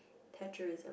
Thatcherism